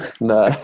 No